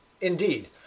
Indeed